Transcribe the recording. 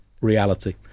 reality